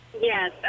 Yes